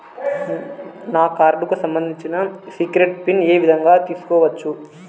నా కార్డుకు సంబంధించిన సీక్రెట్ పిన్ ఏ విధంగా తీసుకోవచ్చు?